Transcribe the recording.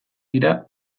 dira